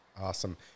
Awesome